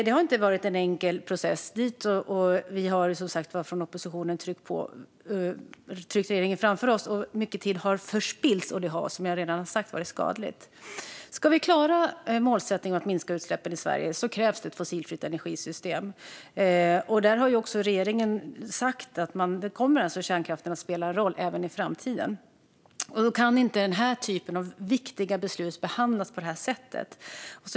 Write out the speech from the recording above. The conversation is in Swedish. Det har inte varit en enkel process att ta sig hit, och oppositionen har som sagt tryckt regeringen framför oss. Mycket tid har förspillts, och det har varit skadligt. Om vi ska klara målsättningen om att minska utsläppen i Sverige krävs ett fossilfritt energisystem. Regeringen har sagt att då kommer kärnkraften att spela en roll även i framtiden. Då kan inte viktiga beslut som detta behandlas så här.